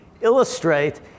illustrate